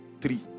three